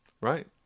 Right